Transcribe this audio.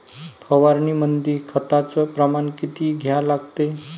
फवारनीमंदी खताचं प्रमान किती घ्या लागते?